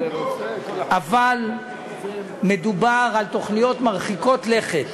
אבל מדובר בתוכניות מרחיקות לכת.